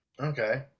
Okay